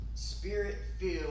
Spirit-filled